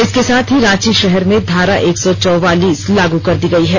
इसके साथ ही रांची शहर में धारा एक सौ चौवालीस लागू कर दी गई है